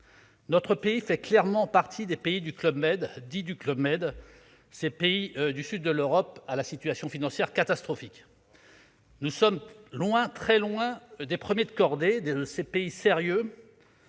Notre pays fait clairement partie des pays dits du « Club Med », ces pays du sud de l'Europe à la situation financière catastrophique. Nous sommes loin, très loin des premiers de cordée, des pays sérieux.